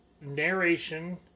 narration